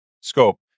scope